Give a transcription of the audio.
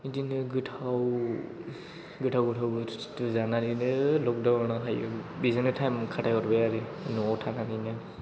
बिदिनो गोथाव गोथाव बुस्थु जानानैनो लकदाउन आवहाय बेजोंनो टाइम खाथायहरबाय आरो न'आव थानानैनो